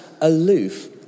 aloof